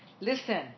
Listen